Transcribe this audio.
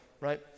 right